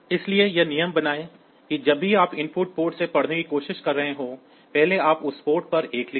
इसलिए यह नियम बनाएं कि जब भी आप इनपुट पोर्ट से पढ़ने की कोशिश कर रहे हों पहले आप उस पोर्ट पर 1 लिखें